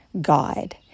God